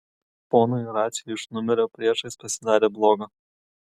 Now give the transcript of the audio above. ponui raciui iš numerio priešais pasidarė bloga